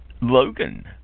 Logan